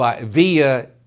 via